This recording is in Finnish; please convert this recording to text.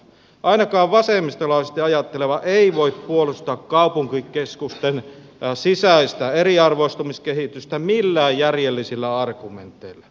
ainakaan vasemmistolaisesti ajatteleva ei voi puolustaa kaupunkikeskusten sisäistä eriarvoistumiskehitystä millään järjellisillä argumenteilla